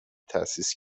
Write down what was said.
تأسیس